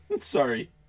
Sorry